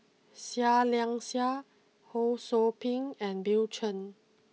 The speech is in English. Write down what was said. Seah Liang Seah Ho Sou Ping and Bill Chen